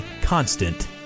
constant